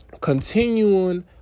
continuing